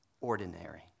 ordinary